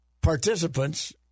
participants